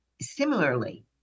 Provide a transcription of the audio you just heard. similarly